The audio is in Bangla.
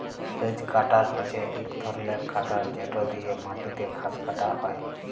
হেজ কাটার হছে ইক ধরলের কাটার যেট দিঁয়ে মাটিতে ঘাঁস কাটা হ্যয়